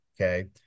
Okay